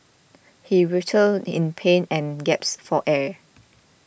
he writhed in pain and gasped for air